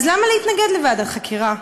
למה להתנגד לוועדת חקירה?